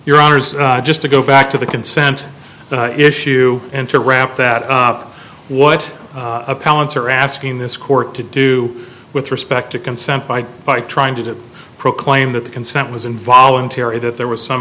your honour's just to go back to the consent issue and to wrap that up what appellants are asking this court to do with respect to consent by by trying to proclaim that the consent was involuntary that there was some